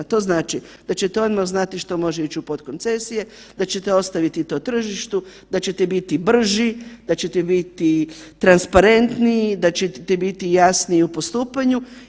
To znači da ćete odmah znati što može ići u podkoncesije, da ćete ostaviti to tržištu, da ćete biti brži, da ćete biti transparentniji, da ćete biti jasniji u postupanju.